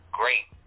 great